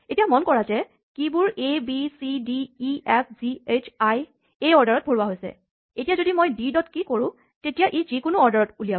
এতিয়া মন কৰা যে কীচাবি বোৰ A B C D E F G H I এই অৰ্ডাৰত ভৰোৱা হৈছে এতিয়া যদি মই ডি ডট কী কৰোঁ তেতিয়া ই যিকোনো অৰ্ডাৰত উলিয়াব